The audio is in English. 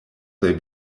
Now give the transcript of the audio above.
they